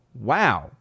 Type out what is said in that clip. Wow